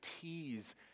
tease